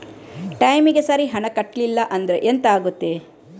ಟೈಮಿಗೆ ಸರಿ ಹಣ ಕಟ್ಟಲಿಲ್ಲ ಅಂದ್ರೆ ಎಂಥ ಆಗುತ್ತೆ?